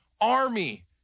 army